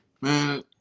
Man